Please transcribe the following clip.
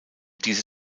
diese